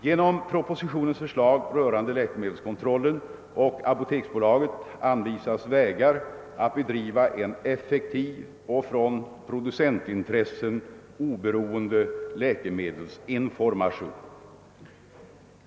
Genom propositionens förslag rörande läkemedelskontrollen och apoteksbolaget anvisas vägar att bedriva en effektiv och från producentintressen oberoende läkemedelsinformation.